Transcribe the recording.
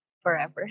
forever